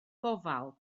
gofal